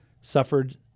suffered